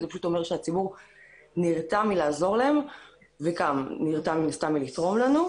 זה פשוט אומר שהציבור נרתע לעזור להם וגם הוא נרתע מן הסתם מלתרום לנו.